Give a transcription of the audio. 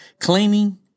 claiming